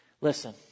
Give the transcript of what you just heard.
Listen